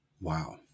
Wow